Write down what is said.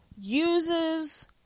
uses